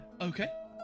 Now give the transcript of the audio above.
Okay